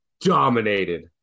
dominated